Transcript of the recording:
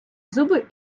зуби